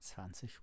zwanzig